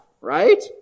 Right